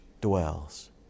dwells